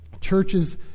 churches